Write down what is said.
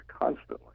constantly